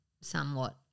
somewhat